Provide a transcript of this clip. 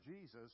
Jesus